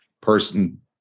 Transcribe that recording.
person